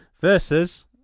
versus